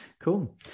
Cool